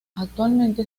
actualmente